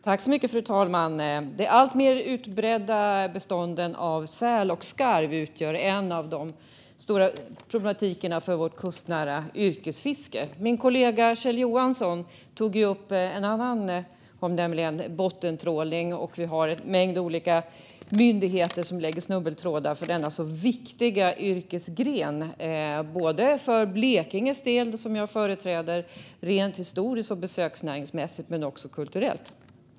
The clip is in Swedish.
Fru talman! De alltmer utbredda bestånden av säl och skarv utgör en stor problematik bland många för vårt kustnära yrkesfiske. Min kollega Kjell Jansson tog upp en annan problematik, nämligen bottentrålning. Vi har en mängd olika myndigheter som lägger snubbeltrådar för denna så viktiga yrkesgren. Det gäller för Blekinges del, som jag företräder, både rent historiskt och besöksnäringsmässigt men också kulturellt.